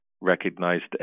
recognized